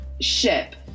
ship